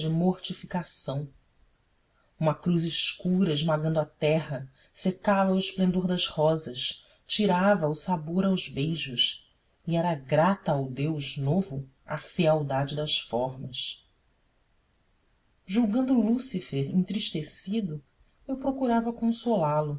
mortificação uma cruz escura esmagando a terra secava o esplendor das rosas tirava o sabor aos beijos e era grata ao deus novo a fealdade das formas julgando lúcifer entristecido eu procurava consolá-lo